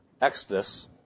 Exodus